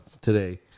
today